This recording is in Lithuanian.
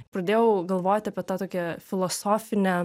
pradėjau galvoti apie tą tokią filosofinę